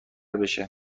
بشه